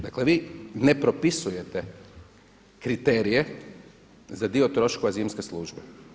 Dakle, vi ne propisujete kriterije za dio troškova zimske službe.